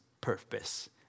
purpose